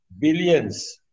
billions